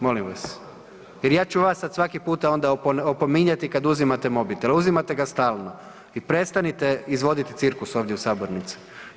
Molim vas jer ja ću vas sad svaki puta onda opominjati kad uzimate mobitel, uzimate ga stalno i prestanite izvoditi cirkus ovdje u sabornici.